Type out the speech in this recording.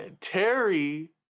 Terry